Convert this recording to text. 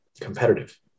competitive